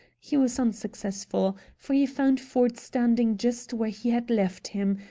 he was unsuccessful, for he found ford standing just where he had left him,